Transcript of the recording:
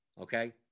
okay